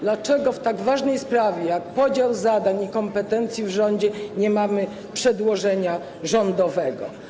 Dlaczego w tak ważnej sprawie jak podział zadań i kompetencji w rządzie nie mamy przedłożenia rządowego?